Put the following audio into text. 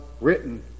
written